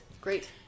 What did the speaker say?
Great